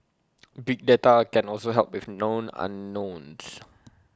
big data can also help with known unknowns